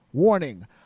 Warning